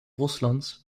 russlands